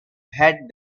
het